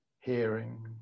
hearing